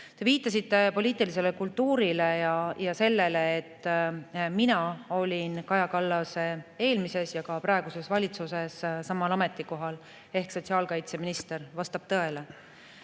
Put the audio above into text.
viitasite poliitilisele kultuurile ja sellele, et mina olin Kaja Kallase eelmises ja olen ka praeguses valitsuses samal ametikohal ehk sotsiaalkaitseminister – vastab tõele.